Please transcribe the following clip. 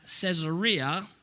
Caesarea